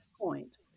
point